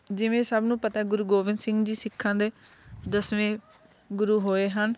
ਜਿਵੇਂ ਸਭ ਨੂੰ ਪਤਾ ਗੁਰੂ ਗੋਬਿੰਦ ਸਿੰਘ ਜੀ ਸਿੱਖਾਂ ਦੇ ਦਸਵੇਂ ਗੁਰੂ ਹੋਏ ਹਨ